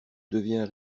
deviens